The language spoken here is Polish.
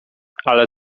ale